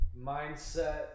mindset